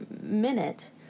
minute